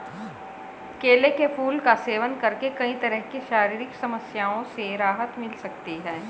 केले के फूल का सेवन करके कई तरह की शारीरिक समस्याओं से राहत मिल सकती है